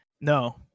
No